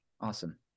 awesome